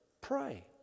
Pray